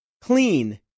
clean